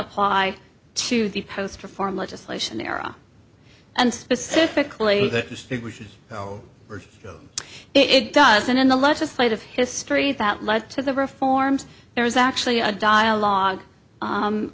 apply to the post reform legislation era and specifically it does and in the legislative history that led to the reforms there is actually a dialogue